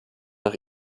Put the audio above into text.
nach